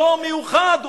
אותו המיוחד,